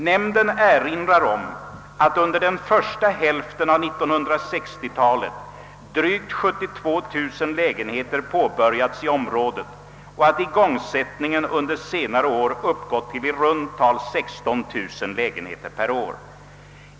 Nämnden erinrar om att under den första hälften av 1960-talet drygt 72 000 lägenheter påbörjats i området och att igångsättningen under senare år uppgått till i runt tal 16 000 lägenheter per år.